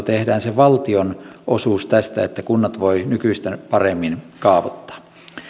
tehdään se valtion osuus tästä niin että kunnat voivat nykyistä paremmin kaavoittaa